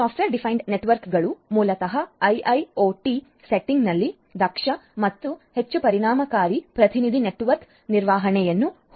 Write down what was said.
software defined ನೆಟ್ವರ್ಕ್ಗಳು ಮೂಲತಃ IIOT ಸಂಯೋಜನೆಯಲ್ಲಿ ದಕ್ಷ ಮತ್ತು ಹೆಚ್ಚು ಪರಿಣಾಮಕಾರಿ ಪ್ರತಿನಿಧಿ ನೆಟ್ವರ್ಕ್ ನಿರ್ವಹಣೆಯನ್ನು ಹೊಂದಲು ಸಹಕಾರಿಯಾಗಿವೆ